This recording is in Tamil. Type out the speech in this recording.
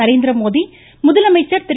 நரேந்திரமோடி முதலமைச்சர் திரு